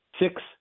Six